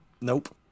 nope